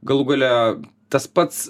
galų gale tas pats